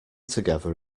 together